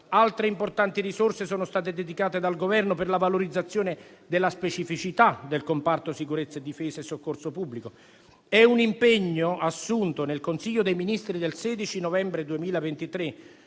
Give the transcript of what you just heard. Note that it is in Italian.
Altre importanti risorse sono state dedicate dal Governo per la valorizzazione della specificità del comparto sicurezza e difesa e soccorso pubblico. È un impegno assunto nel Consiglio dei ministri del 16 novembre 2023,